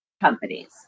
companies